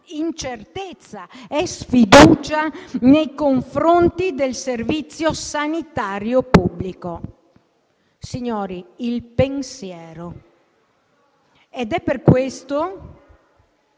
incertezza e sfiducia nei confronti del Servizio sanitario pubblico». Colleghi, il pensiero! È per questo che